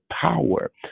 power